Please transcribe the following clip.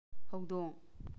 ꯍꯧꯗꯣꯡ